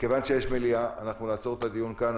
מכיוון שיש מליאה נעצור את הדיון כאן.